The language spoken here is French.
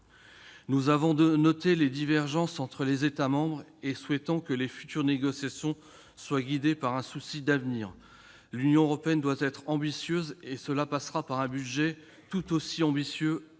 Nous avons noté les divergences entre les États membres et souhaitons que les futures négociations soient guidées par un souci d'avenir. L'Union européenne doit être ambitieuse ; cela passera par un budget tout aussi ambitieux